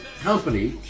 Company